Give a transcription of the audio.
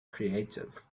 creative